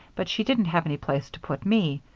but she didn't have any place to put me.